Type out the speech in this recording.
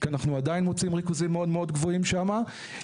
כי אנחנו עדיין מוצאים ריכוזים מאוד גבוהים שם,